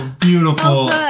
beautiful